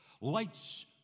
lights